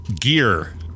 gear